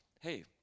hey